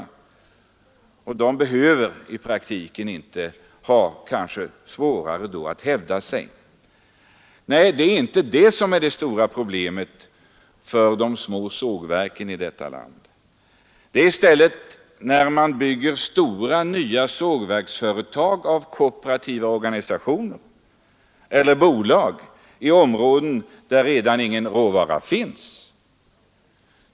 De mindre företagen behöver då i praktiken inte ha svårare att hävda sig. Nej, det är inte detta som är det stora problemet för de små sågverken i vårt land. Det är i stället när kooperativa organisationer eller bolag bygger nya stora sågverk i områden, där det redan är ont om råvarorna.